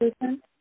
Susan